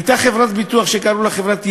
הייתה חברת ביטוח שקראו לה חברת EMI,